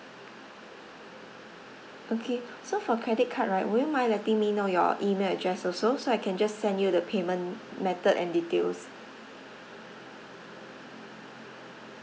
okay so for credit card right would you mind letting me know your email address also so I can just send you the payment method and details